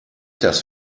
das